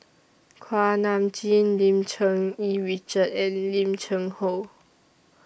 Kuak Nam Jin Lim Cherng Yih Richard and Lim Cheng Hoe